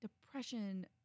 depression